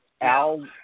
Al –